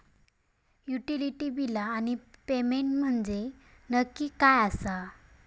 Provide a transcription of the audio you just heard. Utility बिला आणि payment म्हंजे नक्की काय आसा?